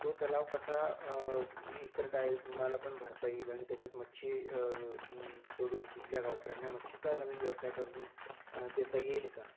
तो तलाव कसा इतर टायमाला पण भरता येईल आणि त्याच्यात मच्छी सोडून तिथल्या गावकऱ्यांना मच्छीचा नवीन व्यवसाय करून देता येईल का